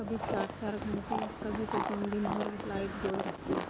कभी चार चार घंटे कभी तो दिन दिन भर लाइट गोल रहती है